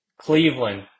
Cleveland